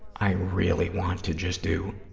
i really want to just do